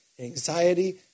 anxiety